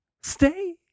stay